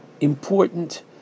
important